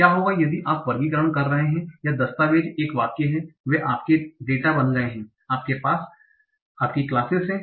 क्या होगा यदि आप वर्गीकरण कर रहे हैं या दस्तावेज़ एक वाक्य है वे आपके डेटा बन गए हैं और आपके पास आपकी क्लासेस हैं